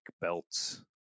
belts